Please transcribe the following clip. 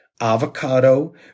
avocado